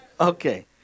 Okay